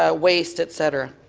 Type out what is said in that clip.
ah waste, et cetera.